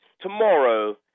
tomorrow